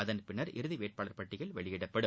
அதன் பின்னர் இறுதி வேட்பாளர் பட்டியல் வெளியிடப்படும்